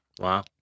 Wow